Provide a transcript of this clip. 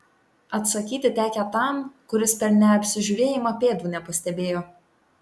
atsakyti tekę tam kiuris per neapsižiūrėjimą pėdų nepastebėjo